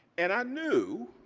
and i knew,